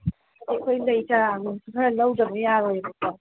ꯍꯣꯏ ꯑꯩꯈꯣꯏ ꯂꯩ ꯆꯔꯥꯒꯨꯝꯕꯁꯨ ꯈꯔ ꯂꯧꯗꯕ ꯌꯥꯔꯣꯏꯕꯀꯣ